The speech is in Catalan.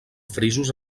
frisos